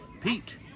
Pete